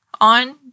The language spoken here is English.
on